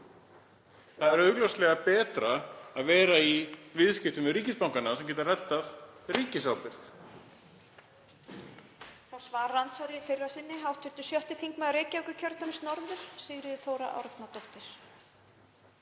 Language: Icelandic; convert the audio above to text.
Það er augljóslega betra að vera í viðskiptum við ríkisbankana sem geta reddað ríkisábyrgð.